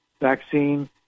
vaccine